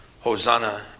Hosanna